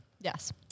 Yes